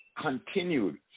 continued